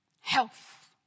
Health